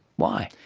why?